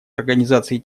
организации